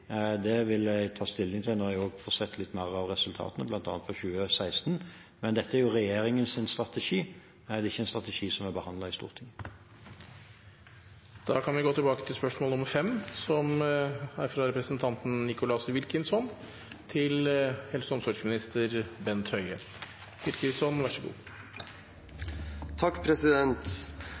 vil jeg ta stilling til når jeg får sett litt mer av resultatene, bl.a. for 2016. Men dette er regjeringens strategi, det er ikke en strategi som er behandlet i Stortinget. Vi går tilbake til spørsmål 5. «Helse Nord og Helse Vest har åpen elektronisk journal også i BUP. Foreldre har e-innsyn» – de kan logge seg rett på hjemmefra og